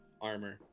armor